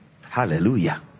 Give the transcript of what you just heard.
hallelujah